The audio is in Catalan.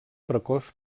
precoç